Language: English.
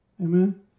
amen